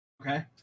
Okay